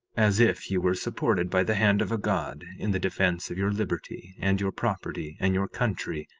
as if ye were supported by the hand of a god, in the defence of your liberty, and your property, and your country,